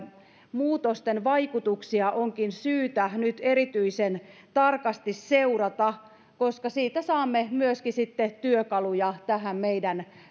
muutosten vaikutuksia onkin syytä nyt erityisen tarkasti seurata koska siitä saamme myöskin sitten työkaluja tähän meidän